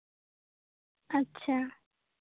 ᱟᱪᱪᱷᱟ